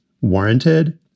warranted